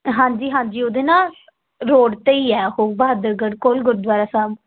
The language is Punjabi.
ਹਾਂਜੀ ਹਾਂਜੀ ਉਹਦੇ ਨਾ ਰੋਡ 'ਤੇ ਹੀ ਹੈ ਉਹ ਬਹਾਦਰਗੜ ਕੋਲ ਗੁਰਦੁਆਰਾ ਸਾਹਿਬ